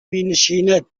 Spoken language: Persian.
مینشیند